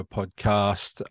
podcast